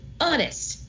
honest